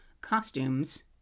costumes